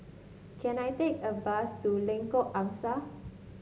can I take a bus to Lengkok Angsa